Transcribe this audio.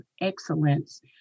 excellence